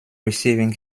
receiving